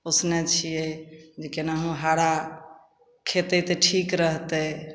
पोसने छिए जे केनाहु हरा खेतै तऽ ठीक रहतै